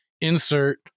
Insert